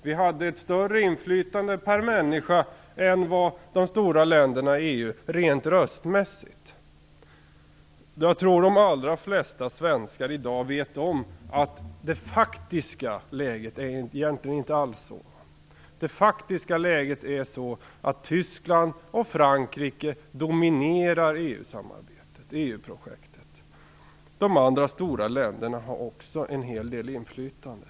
Vi hade ett större inflytande per människa än de stora länderna i EU, rent röstmässigt. Jag tror att de allra flesta svenskar i dag vet att det faktiska läget egentligen inte alls är sådant. Det faktiska läget är sådant att Tyskland och Frankrike dominerar EU-samarbetet och EU-projektet. De andra stora länderna har också en hel del inflytande.